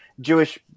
jewish